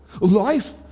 Life